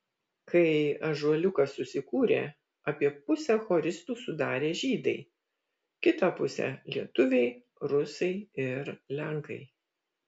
kai ąžuoliukas susikūrė apie pusę choristų sudarė žydai kitą pusę lietuviai rusai ir lenkai